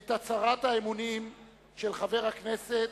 את הצהרת האמונים של חבר הכנסת,